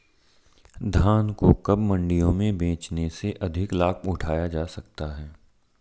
धान को कब मंडियों में बेचने से अधिक लाभ उठाया जा सकता है?